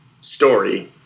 story